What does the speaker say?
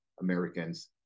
Americans